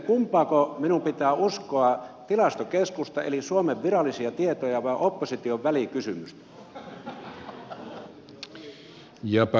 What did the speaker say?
kumpaako minun pitää uskoa tilastokeskusta eli suomen virallisia tietoja vai opposition välikysymystä